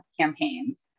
campaigns